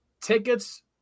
tickets